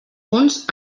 punts